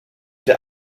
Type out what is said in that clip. der